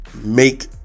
make